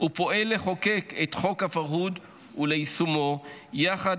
ופועל לחוקק את חוק הפרהוד וליישמו יחד